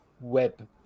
web